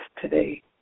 today